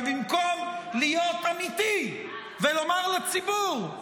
במקום להיות אמיתי ולומר לציבור: